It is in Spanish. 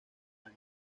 años